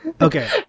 Okay